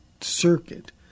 circuit